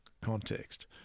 context